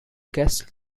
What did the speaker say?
guests